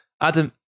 Adam